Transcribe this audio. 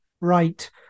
right